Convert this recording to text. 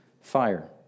fire